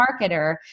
marketer